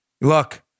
Look